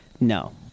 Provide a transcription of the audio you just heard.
No